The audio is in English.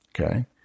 Okay